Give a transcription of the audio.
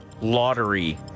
lottery